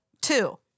Two